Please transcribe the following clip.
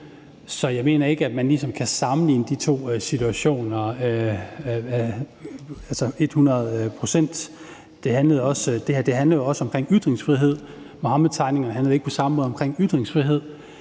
Så jeg mener ikke, at man ligesom kan sammenligne de to situationer et hundrede procent. Det her handler også om ytringsfrihed. Muhammedtegningerne handlede ikke på samme måde om ytringsfrihed,